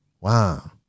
wow